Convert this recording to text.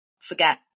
forget